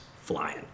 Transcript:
flying